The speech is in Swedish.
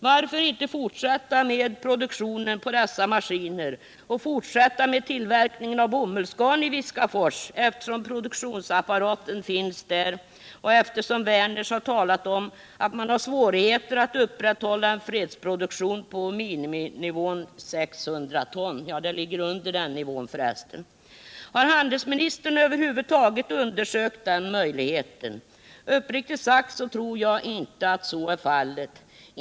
Varför inte fortsätta med produktion på dessa maskiner och fortsätta med tillverkning av bomullsgarn i Viskafors eftersom produktionsapparaten finns där och eftersom Werners har talat om att man har svårigheter att upprätthålla en fredsproduktion på miniminivån 600 ton? Har handelsministern över huvud taget undersökt den möjligheten? Uppriktigt sagt tror jag inte att så är fallet.